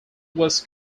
was